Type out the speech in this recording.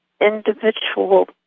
individual